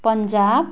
Punjab